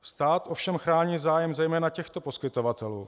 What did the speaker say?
Stát ovšem chrání zájem zejména těchto poskytovatelů.